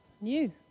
new